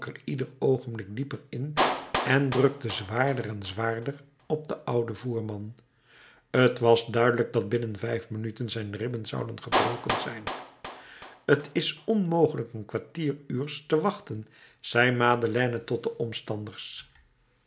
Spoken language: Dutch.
ieder oogenblik dieper in en drukte zwaarder en zwaarder op den ouden voerman t was duidelijk dat binnen vijf minuten zijn ribben zouden gebroken zijn t is onmogelijk een kwartier uurs te wachten zei madeleine tot de omstanders